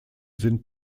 sind